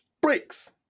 Bricks